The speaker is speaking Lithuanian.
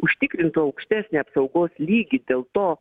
užtikrintų aukštesnį apsaugos lygį dėl to